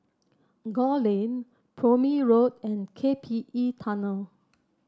Gul Lane Prome Road and K P E Tunnel